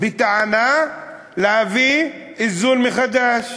בטענה, להביא איזון מחדש.